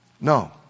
No